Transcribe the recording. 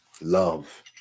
love